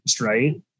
Right